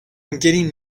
getting